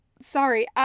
sorry